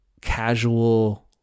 casual